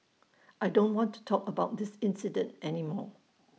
I don't want to talk about this incident any more